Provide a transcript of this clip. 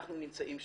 אנחנו נמצאים שם.